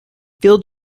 field